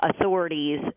authorities